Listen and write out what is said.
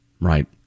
Right